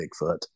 Bigfoot